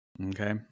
Okay